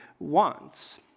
wants